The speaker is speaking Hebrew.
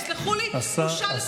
תסלחו לי, בושה לכולם.